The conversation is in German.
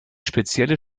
spezielle